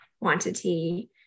Quantity